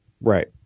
right